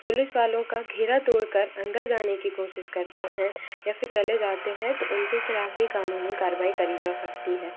police वालों का घेरा तोड़कर अंदर जाने की कोशिश करते हैं या फ़िर चले जाते हैं तो उनके खिलाफ़ भी कानूनी कारवाई करी जा सकती है